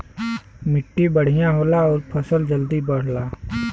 मट्टी बढ़िया होला आउर फसल जल्दी बढ़ला